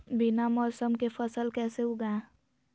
बिना मौसम के फसल कैसे उगाएं?